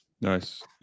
Nice